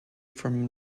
from